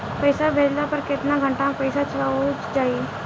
पैसा भेजला पर केतना घंटा मे पैसा चहुंप जाई?